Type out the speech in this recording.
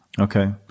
okay